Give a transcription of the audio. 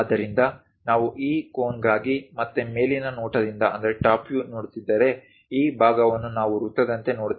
ಆದ್ದರಿಂದ ನಾವು ಈ ಕೋನ್ಗಾಗಿ ಮತ್ತೆ ಮೇಲಿನ ನೋಟದಿಂದ ನೋಡುತ್ತಿದ್ದರೆ ಈ ಭಾಗವನ್ನು ನಾವು ವೃತ್ತದಂತೆ ನೋಡುತ್ತೇವೆ